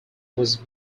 was